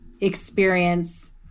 experience